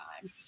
time